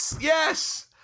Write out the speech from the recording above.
Yes